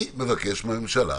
אני מבקש מהממשלה